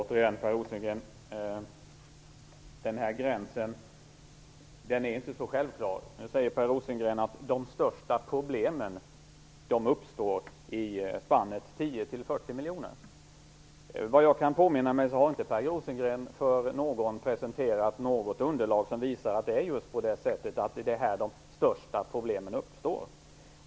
Fru talman! Den här gränsen är inte så självklar. Nu säger Per Rosengren att de största problemen uppstår i spannet 10-40 miljoner. Vad jag kan påminna mig har inte Per Rosengren för någon presenterat något underlag som visar att det är just här de största problemen uppstår.